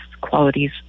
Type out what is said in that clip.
qualities